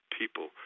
people